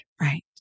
right